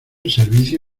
servicio